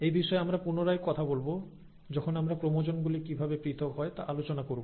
এই বিষয়ে আমরা পুনরায় কথা বলব যখন আমরা ক্রোমোজোম গুলি কিভাবে পৃথক হয় তা আলোচনা করব